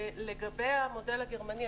לגבי המודל הגרמני,